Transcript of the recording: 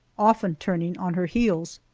often turning on her heels.